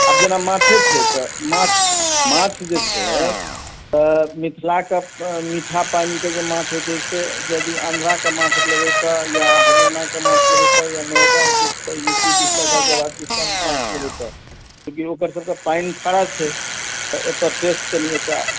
आब जेना माछे छै तऽ माछ माछ जे छै मिथिलाके मीठा पानिके जे माछ होइत छै से यदि आन्ध्राके माछ लेबै तऽ या हरियाणाके माछ लेबै तऽ या नोएडा दिश के यू पी दिसका जे माछ लेबै तऽ चूँकि ओकरसभके पानि खारा छै तऽ ओकर टेस्ट कनिएटा